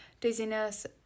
dizziness